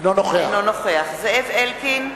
אינו נוכח זאב אלקין,